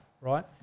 right